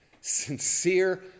sincere